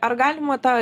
ar galima tą